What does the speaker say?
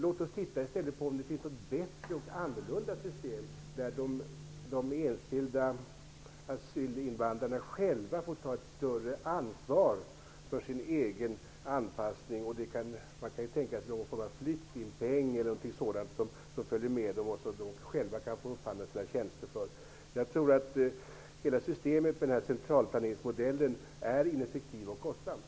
Låt oss i stället titta på om det finns något annorlunda och bättre system, där de enskilda invandrarna själva får ta ett större ansvar för sin egen anpassning. Man kan ju tänka sig en form av flyktingpeng eller någonting sådant som följer med dem och som de själva kan få upphandla sina tjänster för. Jag tror att hela systemet med centralplaneringsmodellen är ineffektivt och kostsamt.